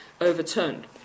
overturned